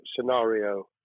scenario